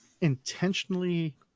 intentionally